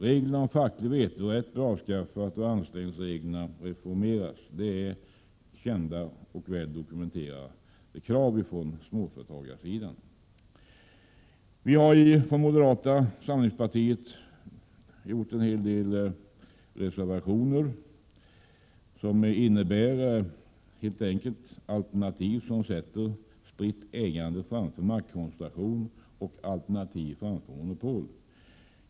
Reglerna om facklig vetorätt bör avskaffas och anställningsreglerna reformeras. Detta är kända och väl dokumenterade krav från småföretagarna. Vi från moderata samlingspartiet har gjort en hel del reservationer som helt enkelt innebär att vi som alternativ sätter ett spritt ägande framför maktkoncentration och alternativ framför monopol.